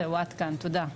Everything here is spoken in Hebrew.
זהו, עד כאן תודה.